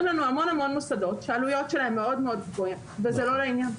לנו המון המון מוסדות שהעלויות שהם מאוד גבוהות וזה לא לעניין.